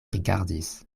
rigardis